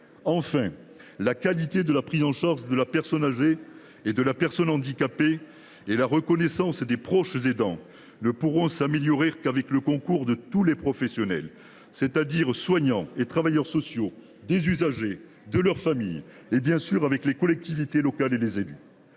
Enfin, la qualité de prise en charge de la personne âgée et de la personne handicapée et la reconnaissance des proches aidants ne pourront s’améliorer qu’avec le concours de tous les professionnels – c’est à dire les soignants et les travailleurs sociaux –, des usagers et de leur famille, et, bien sûr, des collectivités locales et des élus.